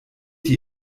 die